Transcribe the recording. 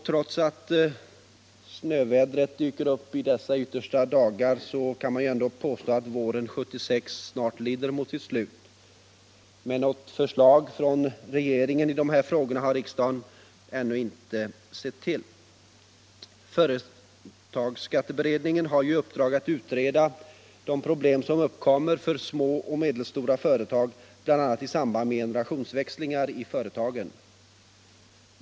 Trots att snövädret dyker upp i dessa yttersta dagar kan man påstå att våren 1976 snart lider mot sitt slut, men något förslag från regeringen i dessa frågor har riksdagen ännu inte sett till. Företagsskatteberedningen har i uppdrag att utreda de problem som uppkommer för små och medelstora företag, bl.a. i samband med generationsväxlingar i företagen.